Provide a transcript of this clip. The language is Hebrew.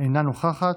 אינה נוכחת,